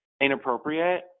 inappropriate